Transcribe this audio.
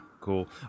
Cool